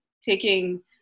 taking